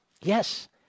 Yes